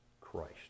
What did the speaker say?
Christ